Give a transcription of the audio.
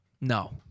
No